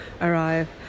arrive